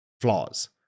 flaws